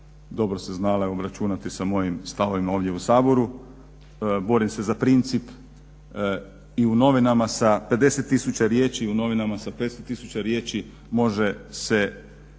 dobro se znale obračunati sa mojim stavovima ovdje u Saboru. Borim se za princip i u novinama sa 50000 riječi i u